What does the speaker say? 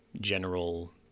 general